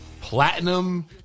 Platinum